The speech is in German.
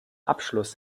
abschluss